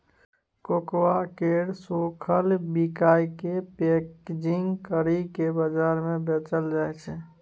cocoa केर सूखल बीयाकेँ पैकेजिंग करि केँ बजार मे बेचल जाइ छै